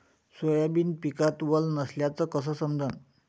Soybean पिकात वल नसल्याचं कस समजन?